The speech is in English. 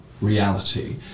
reality